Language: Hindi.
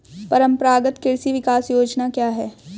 परंपरागत कृषि विकास योजना क्या है?